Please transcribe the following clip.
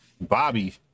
Bobby